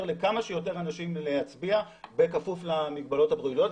לכמה שיותר אנשים להצביע בכפוף למגבלות הבריאותיות.